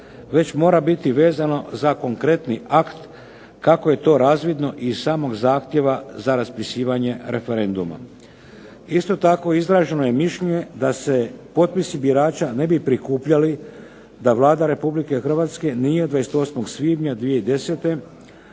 već mora biti vezano za konkretni akt kako je to razvidno i iz samog zahtjeva za raspisivanje referenduma. Isto tako, izraženo je mišljenje da se potpisi birača ne bi prikupljali da Vlada Republike Hrvatske nije 28. svibnja 2010.